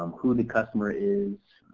who the customer is,